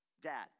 dad